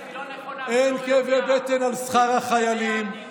אין כאבי בטן על שכר החיילים,